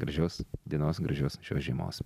gražios dienos gražios šios žiemos